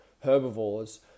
herbivores